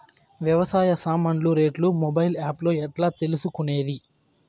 వ్యవసాయ సామాన్లు రేట్లు మొబైల్ ఆప్ లో ఎట్లా తెలుసుకునేది?